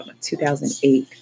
2008